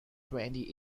twenty